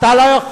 אתה לא יכול